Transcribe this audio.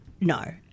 no